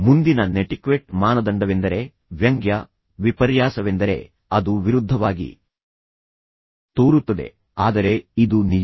ಮುಂದಿನ ನೆಟಿಕ್ವೆಟ್ ಮಾನದಂಡವೆಂದರೆ ವ್ಯಂಗ್ಯ ವಿಪರ್ಯಾಸವೆಂದರೆ ಅದು ವಿರುದ್ಧವಾಗಿ ತೋರುತ್ತದೆ ಆದರೆ ಇದು ನಿಜ